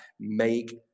make